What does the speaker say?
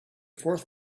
fourth